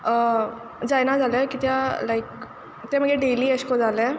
जायना जालें किद्या लायक तें म्हागे डेली अशें को जालें